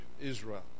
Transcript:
Israel